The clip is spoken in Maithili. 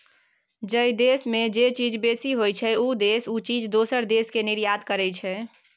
जइ देस में जे चीज बेसी होइ छइ, उ देस उ चीज दोसर देस के निर्यात करइ छइ